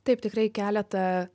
taip tikrai keletą